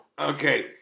Okay